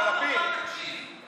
פעם אחת תקשיב.